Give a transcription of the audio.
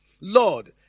Lord